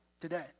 today